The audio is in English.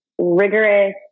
rigorous